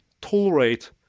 tolerate